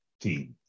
team